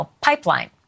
pipeline